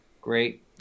great